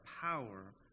power